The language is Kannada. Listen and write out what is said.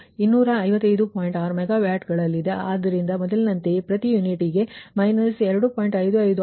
6 ಮೆಗಾವ್ಯಾಟ್ಗಳಲ್ಲಿದೆ ಆದ್ದರಿಂದ ಮೊದಲಿನಂತೆಯೇ ಪ್ರತಿ ಯೂನಿಟ್ಗೆ 2